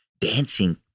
dancing